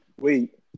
Wait